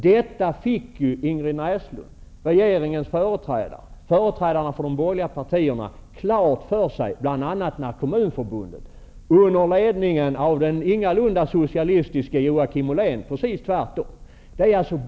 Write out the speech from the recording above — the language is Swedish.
Detta har ju, Ingrid Näslund, regeringens företrädare och företrädarna för de borgerliga partierna fått klart för sig liksom Kommunförbundet, under ledning av den ingalunda socialistiske -- precis tvärtom -- Joakim Ollén.